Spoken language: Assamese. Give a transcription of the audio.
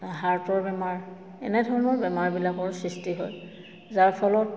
হাৰ্টৰ বেমাৰ এনেধৰণৰ বেমাৰবিলাকৰ সৃষ্টি হয় যাৰ ফলত